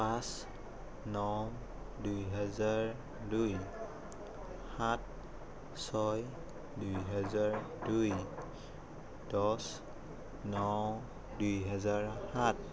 পাঁচ ন দুই হাজাৰ দুই সাত ছয় দুই হাজাৰ দুই দহ ন দুই হাজাৰ সাত